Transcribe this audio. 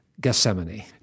Gethsemane